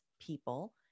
people